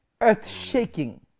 earth-shaking